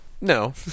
No